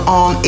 on